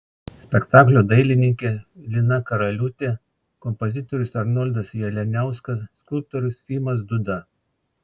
spektaklio dailininkė lina karaliūtė kompozitorius arnoldas jalianiauskas skulptorius simas dūda